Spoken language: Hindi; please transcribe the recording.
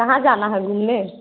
कहाँ जाना है घूमने